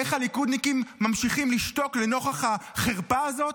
איך הליכודניקים ממשיכים לשתוק לנוכח החרפה הזאת?